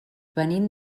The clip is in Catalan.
venim